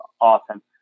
awesome